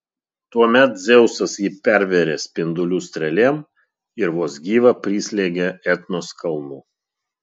tuomet dzeusas jį pervėrė spindulių strėlėm ir vos gyvą prislėgė etnos kalnu